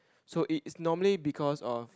so it's normally because of